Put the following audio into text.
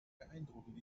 beeindruckend